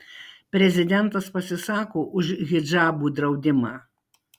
prezidentas pasisako už hidžabų draudimą